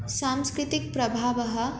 सांस्कृतिकः प्रभावः